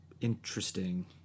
interesting